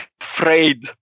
afraid